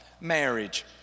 marriage